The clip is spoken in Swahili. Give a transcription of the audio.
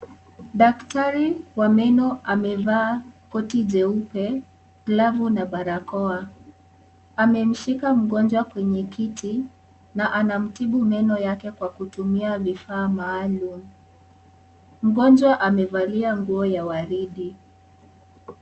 Daktari wa meno amevaa koti jeupe, glovu na barakoa. Amemshika mgonjwa kwenye kiti na anamtibu meno yake kwa kutumia vifaa maalum. Mgonjwa amevalia nguo ya waridi.